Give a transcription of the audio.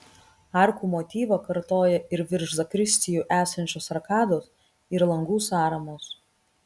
arkų motyvą kartoja ir virš zakristijų esančios arkados ir langų sąramos